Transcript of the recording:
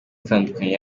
atandukanye